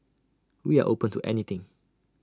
we are open to anything